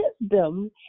wisdom